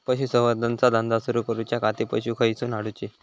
पशुसंवर्धन चा धंदा सुरू करूच्या खाती पशू खईसून हाडूचे?